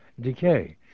decay